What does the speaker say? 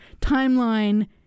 timeline